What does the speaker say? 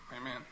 Amen